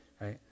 right